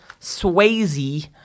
Swayze